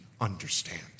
understand